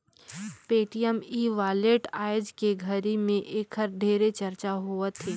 Paytm e wallet आयज के घरी मे ऐखर ढेरे चरचा होवथे